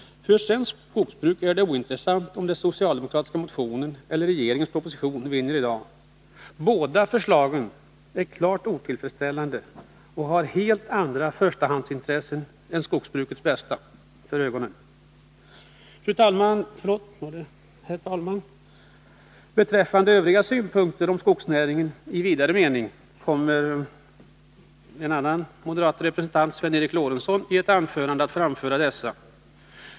För svenskt skogsbruk är det ointressant om den socialdemokratiska motionen eller regeringens proposition vinner i dag. Båda förslagen är klart otillfredsställande och har helt andra förstahandsintressen än skogsbrukets bästa för ögonen. Herr talman! Beträffande övriga synpunkter på skogsnäringen i vidare mening kommer en annan moderat representant, Sven Eric Lorentzon, att framföra dessa i ett anförande.